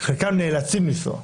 חלקם נאלצים לנסוע,